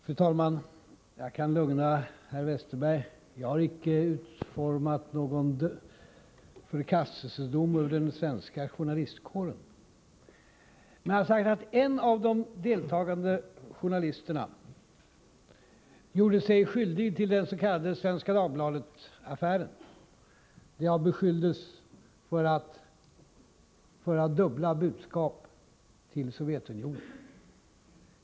Fru talman! Jag kan lugna herr Westerberg. Jag har icke utformat någon förkastelsedom över den svenska journalistkåren. Men en av de deltagande journalisterna gjorde sig skyldig till den s.k. Svenska Dagbladet-affären, där jag beskylldes för att föra dubbla budskap till Sovjetunionen.